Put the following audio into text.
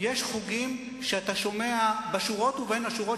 יש חוגים שאתה שומע בשורות ובין השורות